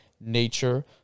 nature